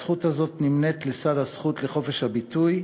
הזכות הזאת נמנית, לצד הזכות לחופש הביטוי,